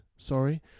Sorry